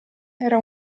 era